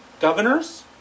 governors